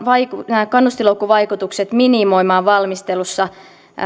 nämä kannustinloukkuvaikutukset minimoimaan valmistelussa